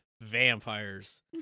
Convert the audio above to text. vampires